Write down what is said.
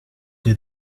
che